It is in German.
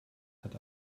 hat